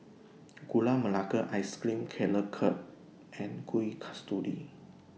Gula Melaka Ice Cream Carrot cut and Kueh Kasturi